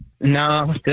No